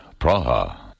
Praha